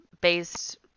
based